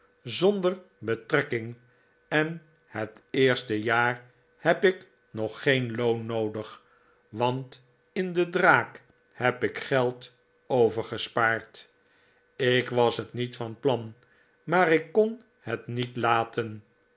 zonder betrekking en het eerste jaar heb ik nog geen loon noodig want in de draak heb ik geld overgespaard ik was het niet van plan maar ik kon het niet laten